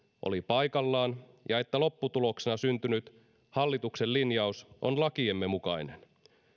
oli paikallaan ja että lopputuloksena syntynyt hallituksen linjaus on lakiemme mukainen